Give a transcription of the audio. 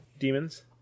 Demons